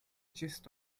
gist